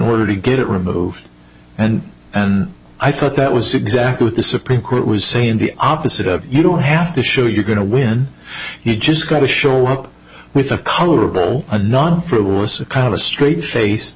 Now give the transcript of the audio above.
order to get it removed and and i thought that was exactly what the supreme court was saying the opposite of you don't have to show you're going to win you just going to show up with a colorable a non frivolous a kind of a straight face